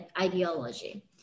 ideology